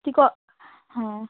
কি ক হ্যাঁ